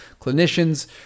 clinicians